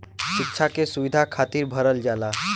सिक्षा के सुविधा खातिर भरल जाला